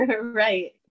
Right